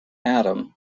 atom